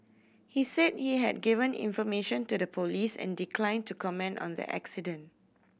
he said he had given information to the police and declined to comment on the accident